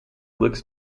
looks